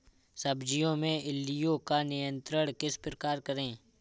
सब्जियों में इल्लियो का नियंत्रण किस प्रकार करें?